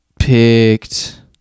picked